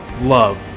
love